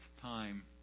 time